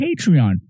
Patreon